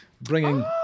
bringing